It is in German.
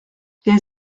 der